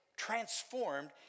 transformed